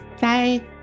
Bye